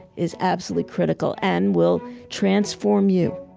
is absolutely critical and will transform you.